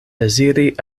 deziri